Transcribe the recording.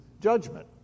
judgment